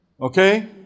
Okay